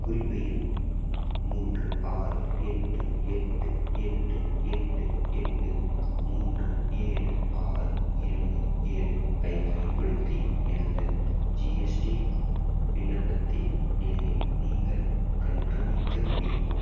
குறிப்பு எண் மூன்று ஆறு எட்டு எட்டு எட்டு எட்டு எட்டு மூன்று ஏழு ஆறு இரண்டு ஏழு ஐப் பயன்படுத்தி எனது ஜிஎஸ்டி விண்ணப்பத்தின் நிலையை நீங்கள் கண்காணிக்க முடியுமா